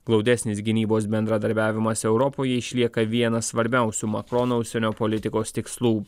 glaudesnis gynybos bendradarbiavimas europoje išlieka vienas svarbiausių makrono užsienio politikos tikslų